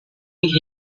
which